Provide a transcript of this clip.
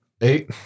Eight